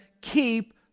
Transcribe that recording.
keep